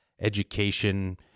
education